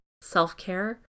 self-care